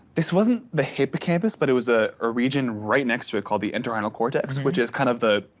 this wasn't the hippocampus, but it was a ah region right next to it called the internal cortex, which is kind of the,